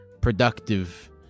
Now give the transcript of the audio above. productive